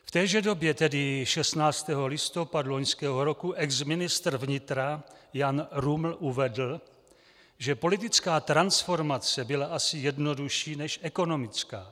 V téže době, tedy 16. listopadu loňského roku, exministr vnitra Jan Ruml uvedl, že politická transformace byla asi jednodušší než ekonomická.